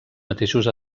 mateixos